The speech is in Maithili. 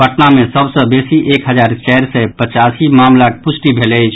पटना मे सभ सँ बेसी उक हजार चारि सय पचासी मामिलाक पुष्टि भेल अछि